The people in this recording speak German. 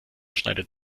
schneidet